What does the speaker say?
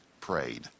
prayed